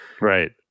Right